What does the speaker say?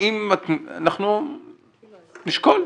אנחנו נשקול.